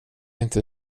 inte